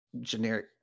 generic